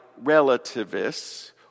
relativists